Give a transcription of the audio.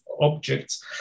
objects